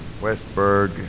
Westberg